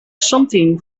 something